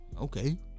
okay